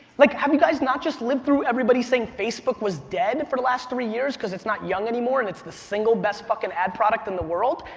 like have you guys not just lived through everybody saying facebook was dead for the last three years cause it's not young anymore and it's the single best fucking ad product in the world?